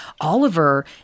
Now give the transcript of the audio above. Oliver